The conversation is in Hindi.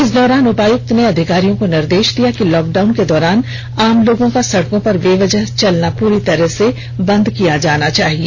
इस दौरान उपायुक्त ने अधिकारियों को निर्देष दिया कि लॉकडाउन के दौरान आम लोगों का सड़कों पर बेवजह चलना पूरी तरह से बंद किया जाना चाहिए